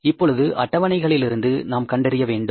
இப்பொழுது அட்டவணைகளிலிருந்து நாம் கண்டறிய வேண்டும்